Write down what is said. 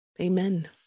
Amen